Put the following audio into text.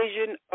Vision